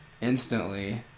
instantly